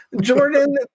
Jordan